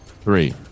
three